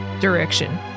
direction